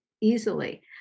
easily